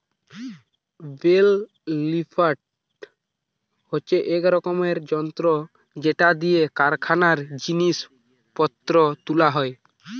bell lifter হচ্ছে এক রকমের যন্ত্র যেটা দিয়ে কারখানায় জিনিস পত্র তুলা হয়